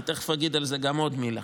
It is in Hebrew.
אני תכף אגיד גם על זה עוד מילה,